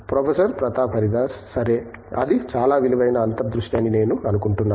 professor Pratap Haridas సరే అది చాలా విలువైన అంతర్దృష్టి అని నేను అనుకుంటున్నాను